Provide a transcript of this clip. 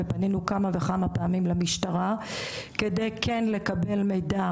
ופנינו כמה וכמה פעמים למשטרה כדי לקבל מידע.